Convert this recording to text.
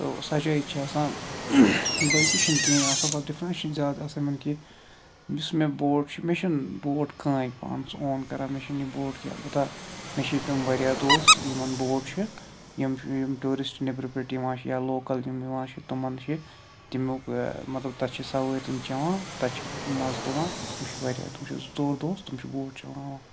تو سجٲوِتھ چھِ آسان بٲقی چھُ نہٕ کہیٖنۍ آسان بس ڈِفرنس چھِ نہٕ زیادٕ یِمن آسنا کہیٖنۍ یُس مےٚ بوٹ چھُ مےٚ چھُ نہٕ بوٹ کٔہینۍ پانس اوٗن کران مےٚ چھُ نہٕ یہ بوٹ کینٛہہ البتہ مےٚ چھِ یتن واریاہ دوست یِمن بوٹ چھِ یِم ٹوٗرسٹ نیبرٕ پٮ۪ٹھ یِوان چھِ یا لوکل یِم یِوان چھِ تِمن چھِ تِمو کٔر مطلب تتھ چھِ سوٲرۍ تِم چیوان تتہِ چھِ مزٕ تُلان واریاہ تِم چھِ زٕ ژور دوس تِم چھِ بوٹ چلاوان